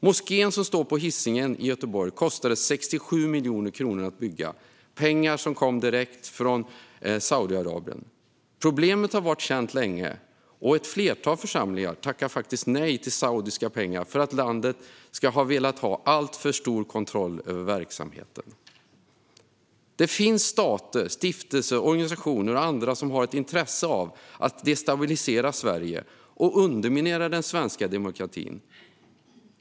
Moskén som står på Hisingen i Göteborg kostade 67 miljoner kronor att bygga - pengar som kom direkt från Saudiarabien. Problemet har varit känt länge, och ett flertal församlingar har faktiskt tackat nej till saudiska pengar därför att landet ska ha velat ha alltför stor kontroll över verksamheten. Det finns stater, stiftelser, organisationer och andra som har ett intresse av att destabilisera Sverige och underminera den svenska demokratin.